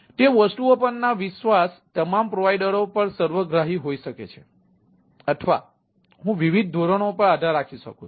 તે વસ્તુઓ પરનો વિશ્વાસ તમામ પ્રોવાઇડરઓ પર સર્વગ્રાહી હોઈ શકે છે અથવા હું વિવિધ ધોરણો પર આધાર રાખી શકું છું